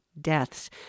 deaths